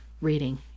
reading